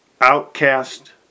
outcast